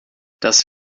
das